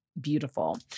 beautiful